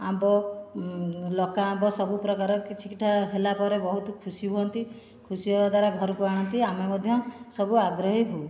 ଆମ୍ବ ଲଙ୍କାଆମ୍ବ ସବୁ ପ୍ରକାର କିଛିଟା ହେଲା ପରେ ବହୁତ ଖୁସି ହୁଅନ୍ତି ଖୁସି ହେବା ଦ୍ୱାରା ଘରକୁ ଆଣନ୍ତି ଆମେ ମଧ୍ୟ ସବୁ ଆଗ୍ରହୀ ହେଉ